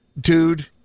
Dude